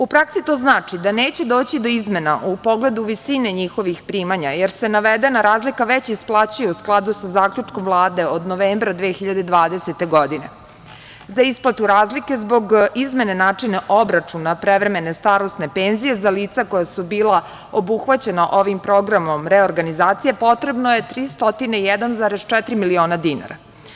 U praksi to znači da neće doći do izmena u pogledu visine njihovih primanja, jer se navedena razlika već isplaćuju u skladu sa zaključkom Vlade od novembra 2020. godine, za isplatu razlike zbog izmene načina obračuna prevremene starosne penzije za lica koja su bila obuhvaćena ovim programom reorganizacije, potrebno je tri stotine 1,4 miliona dinara.